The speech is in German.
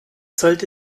sollte